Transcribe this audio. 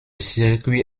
circuit